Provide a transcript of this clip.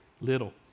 little